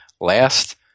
Last